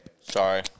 Sorry